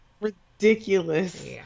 ridiculous